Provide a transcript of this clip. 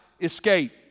escape